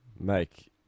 Make